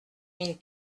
mille